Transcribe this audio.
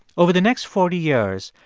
over the next forty years,